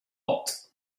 hot